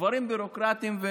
דברים ביורוקרטיים.